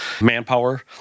manpower